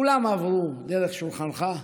כולן עברו דרך שולחנך,